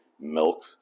Milk